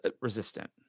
resistant